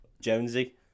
Jonesy